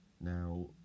Now